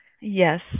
Yes